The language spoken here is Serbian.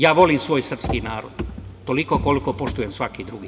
Ja volim svoj srpski narod toliko koliko poštujem svaki drugi.